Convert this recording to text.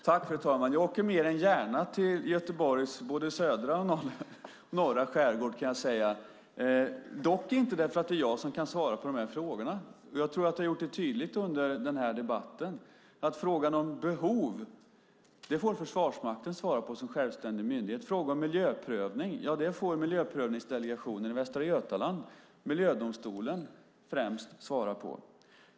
Fru talman! Jag åker mer än gärna till Göteborgs både södra och norra skärgård, dock inte därför att det är jag som kan svara på de här frågorna. Jag tror att jag har gjort det tydligt under den här debatten att frågan om behov får Försvarsmakten svara på som självständig myndighet. Frågan om miljöprövning får Miljöprövningsdelegationen i Västra Götaland och miljödomstolen främst svara på.